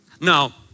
Now